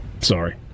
Sorry